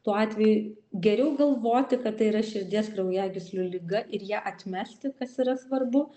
tuo atveju geriau galvoti kad tai yra širdies kraujagyslių liga ir ją atmesti kas yra svarbu